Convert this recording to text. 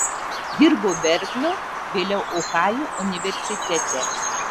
dirbo berklio vėliau ohajo universitete